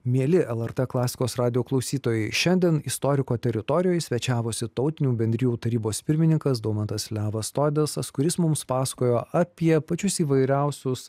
mieli lrt klasikos radijo klausytojai šiandien istoriko teritorijoj svečiavosi tautinių bendrijų tarybos pirmininkas daumantas levas todesas kuris mums pasakojo apie pačius įvairiausius